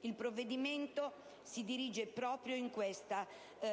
Il provvedimento si dirige proprio in questa